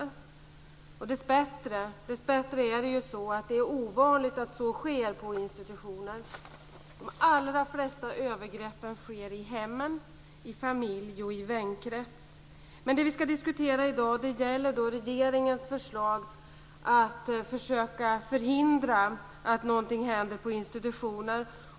Dessbättre är det ovanligt att så sker på institutioner. De allra flesta övergreppen sker i hemmen, i familj och i vänkrets. Men det vi ska diskutera i dag är regeringens förslag för att försöka förhindra att någonting händer på institutioner.